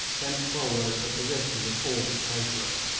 thenceforward the position was all but hopeless.